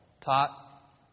taught